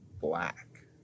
black